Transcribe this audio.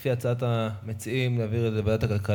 לפי הצעת המציעים, נעביר את זה לוועדת הכלכלה.